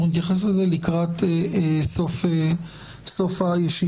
אנחנו נתייחס לזה לקראת סוף הישיבה.